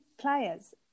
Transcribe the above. players